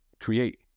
create